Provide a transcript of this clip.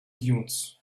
dunes